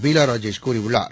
பீலா ராஜேஷ் கூறியுள்ளார்